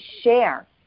share